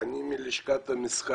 אני מלשכת המסחר,